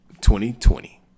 2020